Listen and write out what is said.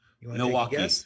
Milwaukee